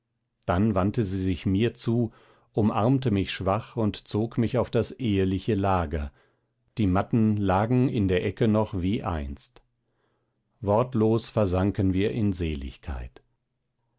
dann wandte sie sich mir zu umarmte mich schwach und zog mich auf das eheliche lager die matten lagen in der ecke noch wie einst wortlos versanken wir in seligkeit